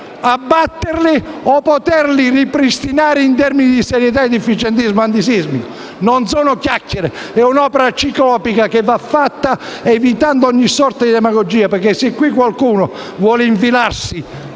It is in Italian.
abbatterli o, se è possibile, ripristinarli in termini di serietà ed efficientismo antisismico. Non sono chiacchiere; è un'opera ciclopica che va fatta evitando ogni sorta di demagogia, perché se qualcuno vuole «infilarsi»